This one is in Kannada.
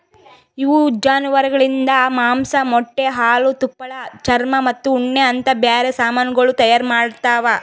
ಇವು ಜಾನುವಾರುಗೊಳಿಂದ್ ಮಾಂಸ, ಮೊಟ್ಟೆ, ಹಾಲು, ತುಪ್ಪಳ, ಚರ್ಮ ಮತ್ತ ಉಣ್ಣೆ ಅಂತ್ ಬ್ಯಾರೆ ಸಮಾನಗೊಳ್ ತೈಯಾರ್ ಮಾಡ್ತಾವ್